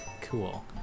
cool